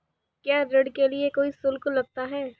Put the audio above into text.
क्या ऋण के लिए कोई शुल्क लगता है?